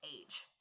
age